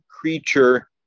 creature